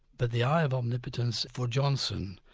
but the eye of omnipotence for johnson,